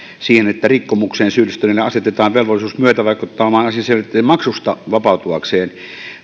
siihen että rikkomukseen syyllistyneelle asetetaan velvollisuus myötävaikuttaa omaan asiansa selvittämiseen maksusta vapautuakseen